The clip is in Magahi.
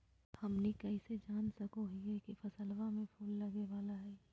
हमनी कइसे जान सको हीयइ की फसलबा में फूल लगे वाला हइ?